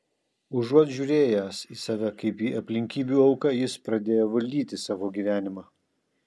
užuot žiūrėjęs į save kaip į aplinkybių auką jis pradėjo valdyti savo gyvenimą